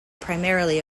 primarily